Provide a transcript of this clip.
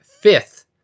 fifth